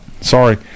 Sorry